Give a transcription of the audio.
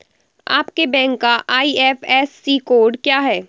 आपके बैंक का IFSC code क्या है?